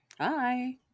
Hi